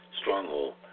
stronghold